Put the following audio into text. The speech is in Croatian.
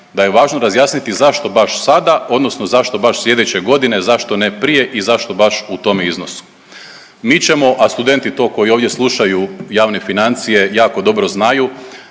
da je važno razjasniti zašto baš sada odnosno zašto baš slijedeće godine, zašto ne prije i zašto baš u tom iznosu. Mi ćemo, a studenti to koji ovdje slušaju javne financije jako dobro znaju,